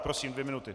Prosím, dvě minuty.